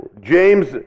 James